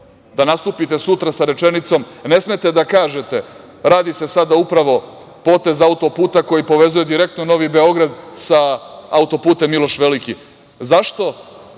da nastupite sutra sa rečenicom – ne smete da kažete, radi se sada upravo potez auto-puta koji povezuje direktno Novi Beograd sa auto-putem „Miloš Velikim“. Zašto?